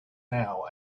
now